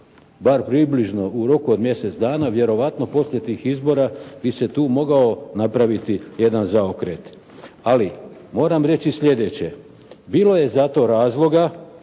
bar približno u roku od mjesec dana, vjerojatno poslije tih izbora bi se tu mogao napraviti jedan zaokret. Ali moram reći sljedeće. Bilo je zato razloga